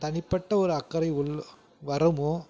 தனிப்பட்ட ஒரு அக்கறை உள்ள வருமோ